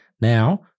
Now